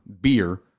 beer